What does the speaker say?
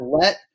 let